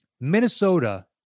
Minnesota